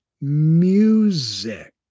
music